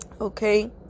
Okay